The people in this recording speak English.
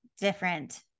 different